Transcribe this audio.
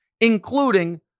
including